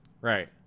Right